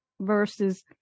versus